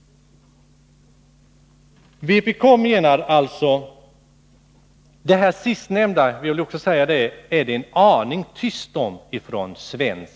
Det är från den svenska regeringens sida — och även från utskottet — en aning tyst om den verksamhet